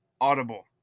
audible